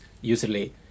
usually